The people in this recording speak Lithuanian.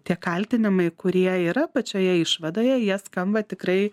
tie kaltinimai kurie yra pačioje išvadoje jie skamba tikrai